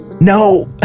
no